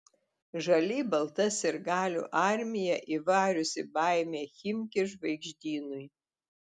žaliai balta sirgalių armija įvariusi baimę chimki žvaigždynui